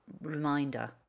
reminder